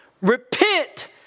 repent